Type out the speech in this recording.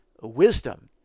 wisdom